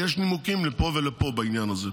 ויש נימוקים לפה ולפה בעניין הזה.